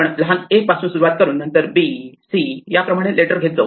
आपण लहान A पासून सुरुवात करून नंतर B C याप्रमाणे लेटर घेत जाऊ